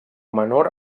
menor